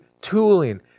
tooling